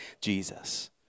Jesus